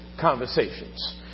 conversations